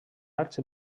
arts